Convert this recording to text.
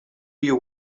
you